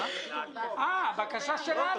בשל הבקשה שלנו